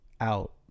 Out